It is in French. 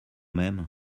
même